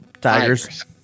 Tigers